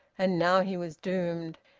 and now he was doomed,